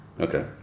Okay